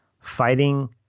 fighting